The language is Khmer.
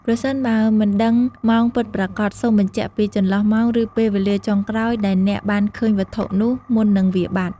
ប្រសិនបើមិនដឹងម៉ោងពិតប្រាកដ សូមបញ្ជាក់ពីចន្លោះម៉ោង ឬពេលវេលាចុងក្រោយដែលអ្នកបានឃើញវត្ថុនោះ មុននឹងវាបាត់។